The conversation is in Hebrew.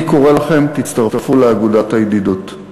אני קורא לכם: תצטרפו לאגודת הידידות.